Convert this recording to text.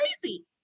crazy